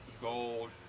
gold